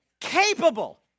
capable